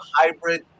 hybrid